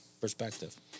perspective